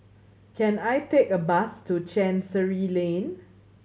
can I take a bus to Chancery Lane